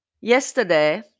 Yesterday